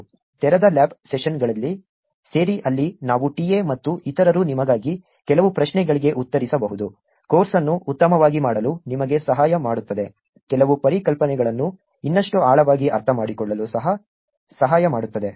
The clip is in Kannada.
ತೆರೆದ ಲ್ಯಾಬ್ ಸೆಷನ್ಗಳಿಗೆ ಸೇರಿ ಅಲ್ಲಿ ನಾವು TA ಮತ್ತು ಇತರರು ನಿಮಗಾಗಿ ಕೆಲವು ಪ್ರಶ್ನೆಗಳಿಗೆ ಉತ್ತರಿಸಬಹುದು ಕೋರ್ಸ್ ಅನ್ನು ಉತ್ತಮವಾಗಿ ಮಾಡಲು ನಿಮಗೆ ಸಹಾಯ ಮಾಡುತ್ತದೆ ಕೆಲವು ಪರಿಕಲ್ಪನೆಗಳನ್ನು ಇನ್ನಷ್ಟು ಆಳವಾಗಿ ಅರ್ಥಮಾಡಿಕೊಳ್ಳಲು ಸಹಾಯ ಮಾಡುತ್ತದೆ